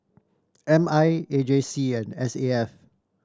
M I A J C and S A F